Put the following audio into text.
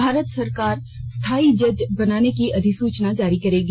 भारत सरकार स्थाई जज बनाने की अधिसूचना जारी करेगी